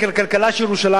לחברה של ירושלים,